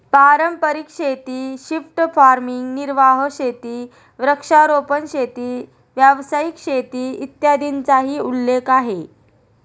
पारंपारिक शेती, shift farming, निर्वाह शेती, वृक्षारोपण शेती, व्यावसायिक शेती, इत्यादींचाही उल्लेख आहे